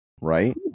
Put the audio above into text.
right